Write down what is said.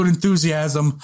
enthusiasm